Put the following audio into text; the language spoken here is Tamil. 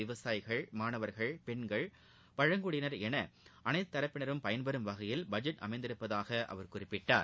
விவசாயிகள் மாணவர்கள் பெண்கள் பழங்குடியினர் என அனைத்து தரப்பினரும் பயன்பெறம் வகையில் பட்ஜெட் அமைந்துள்ளதாக அவர் குறிப்பிட்டார்